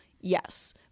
yes